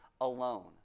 alone